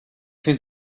vind